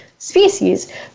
Species